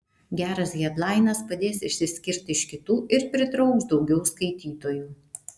geras hedlainas padės išsiskirt iš kitų ir pritrauks daugiau skaitytojų